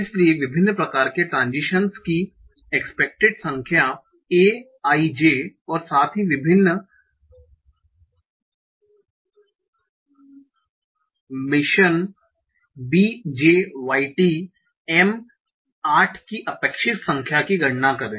इसलिए विभिन्न प्रकार के ट्रान्ज़िशनस की एक्सपेक्टेड संख्या a i j और साथ ही विभिन्न emission b j y t m 8 की अपेक्षित संख्या की गणना करें